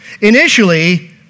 Initially